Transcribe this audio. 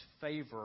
favor